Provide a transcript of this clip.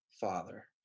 Father